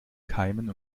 keimen